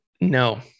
No